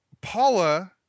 Paula